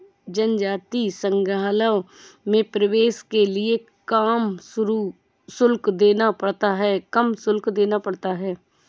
जनजातीय संग्रहालयों में प्रवेश के लिए काम शुल्क देना पड़ता है